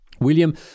William